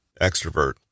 Extrovert